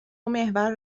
محور